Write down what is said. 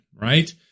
right